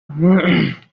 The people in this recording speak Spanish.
come